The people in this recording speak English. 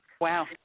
Wow